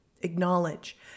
Acknowledge